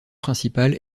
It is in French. principal